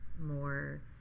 more